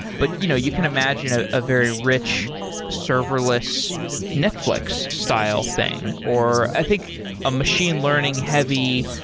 but you know you can imagine ah a very rich serverless netflix style thing, or i think a machine learning heavy,